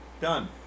done